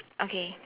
okay